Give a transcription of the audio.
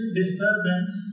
disturbance